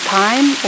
time